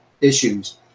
issues